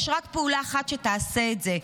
יש רק פעולה אחת שתעשה את זה,